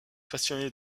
passionné